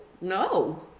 No